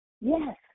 Yes